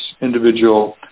individual